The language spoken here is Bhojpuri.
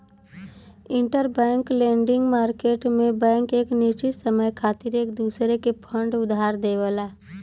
इंटरबैंक लेंडिंग मार्केट में बैंक एक निश्चित समय खातिर एक दूसरे के फंड उधार देवला